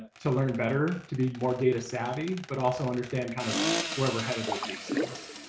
to learn better. to be more data savvy, but also understand kind of where we're headed with these things.